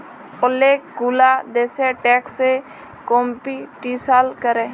ওলেক গুলা দ্যাশে ট্যাক্স এ কম্পিটিশাল ক্যরে